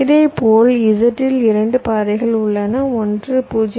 இதேபோல் z இல் 2 பாதைகள் உள்ளன ஒன்று 0